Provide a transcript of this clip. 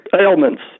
ailments